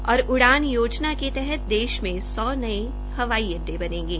उडान योजना के तहत देश के सौ नये हवाई अड्डे बनेंगे